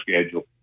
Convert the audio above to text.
schedule